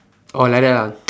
orh like that ah